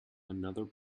another